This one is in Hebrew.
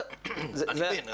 אני מבין.